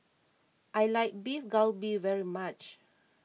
I like Beef Galbi very much